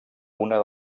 una